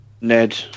Ned